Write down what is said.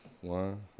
one